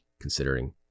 considering